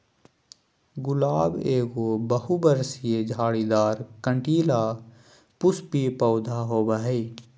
गुलाब एगो बहुवर्षीय, झाड़ीदार, कंटीला, पुष्पीय पौधा होबा हइ